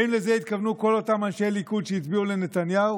האם לזה התכוונו כל אותם אנשי ליכוד שהצביעו לנתניהו?